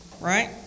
Right